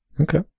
okay